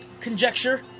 Conjecture